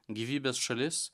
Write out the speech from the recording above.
gyvybės šalis